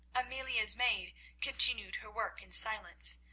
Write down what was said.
amelia's maid continued her work in silence,